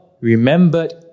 remembered